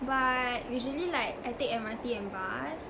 but usually like I take M_R_T and bus